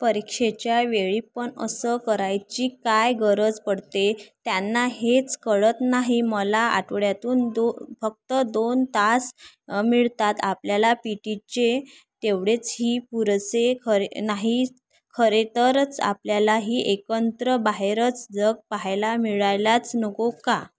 परीक्षेच्या वेळी पण असं करायची काय गरज पडते त्यांना हेच कळत नाही मला आठवड्यातून दो फक्त दोन तास मिळतात आपल्याला पी टीचे तेवढेच ही पुरसे खरे नाही खरेतरंच आपल्यालाही एकत्र बाहेरचं जग पाहायला मिळायलाच नको का